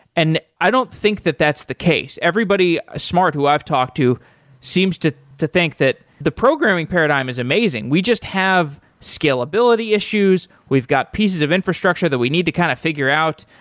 and i don't think that that's the case. everybody ah smart who i've talked to seems to to think that the programming paradigm is amazing. we just have scalability issues. we've got pieces of infrastructure that we need to kind of figure out,